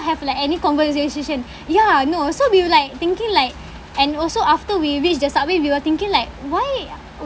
have like any converse~ ~sation ya no so we were like thinking like and also after we reached the subway we were thinking like why